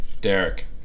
Derek